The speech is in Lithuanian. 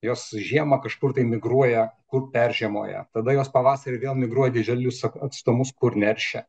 jos žiemą kažkur tai migruoja kur peržiemoja tada jos pavasarį vėl migruoja didelius atstumus kur neršia